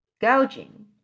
gouging